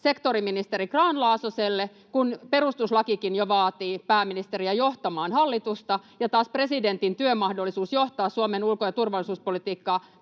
sektoriministeri Grahn-Laasoselle, kun perustuslakikin jo vaatii pääministeriä johtamaan hallitusta, ja taas presidentin työn mahdollisuus johtaa Suomen ulko- ja turvallisuuspolitiikkaa